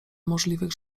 możliwych